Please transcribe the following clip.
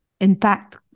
impact